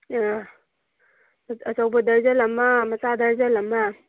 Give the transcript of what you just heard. ꯑꯥ ꯑꯆꯧꯕ ꯗꯔꯖꯜ ꯑꯃ ꯃꯆꯥ ꯗꯔꯖꯜ ꯑꯃ